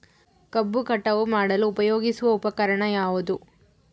ಕಬ್ಬು ಕಟಾವು ಮಾಡಲು ಉಪಯೋಗಿಸುವ ಉಪಕರಣ ಯಾವುದು?